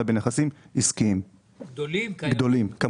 אלא בנכסים עסקיים גדולים.